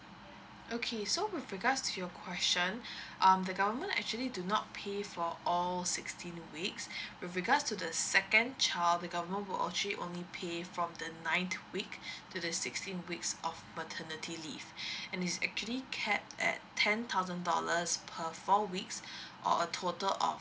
okay so with regards to your question um the government actually do not pay for all sixteen weeks with regards to the second child the government will actually only pay from the ninth week to the sixteenth weeks of maternity leave and is actually cap at ten thousand dollars per four weeks or a total of